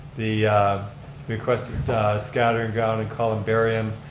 the requested scattering ground and columbarium,